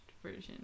Version